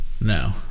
no